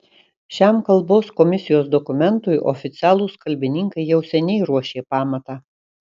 šiam kalbos komisijos dokumentui oficialūs kalbininkai jau seniai ruošė pamatą